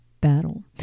battle